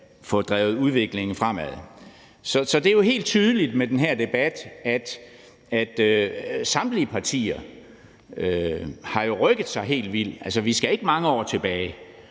få drevet udviklingen fremad. Så det er jo helt tydeligt med den her debat, at samtlige partier jo har rykket sig helt vildt. Altså, vi skal ikke mange år tilbage,